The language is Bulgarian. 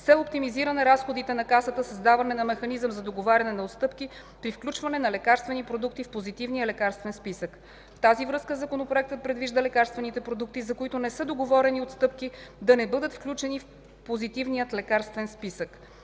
цел оптимизиране разходите на касата, създаване на механизъм за договаряне на отстъпки при включване на лекарствени продукти в Позитивния лекарствен списък. В тази връзка Законопроектът предвижда лекарствените продукти, за които не са договорени отстъпки, да не бъдат включвани в Позитивния лекарствен списък.